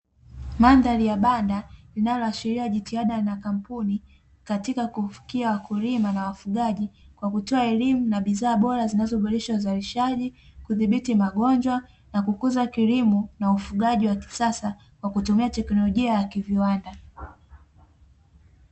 Mandhari ya banda, linaloashiria jitihada na kampuni, katika kufikia wakulima na wafugaji, kwa kutoa elimu na bidhaa bora zinazoboresha uzalishaji, kudhibiti magonjwa, na kukuza kilimo na ufugaji wa kisasa, kwa kutumia teknolojia ya kiviwanda.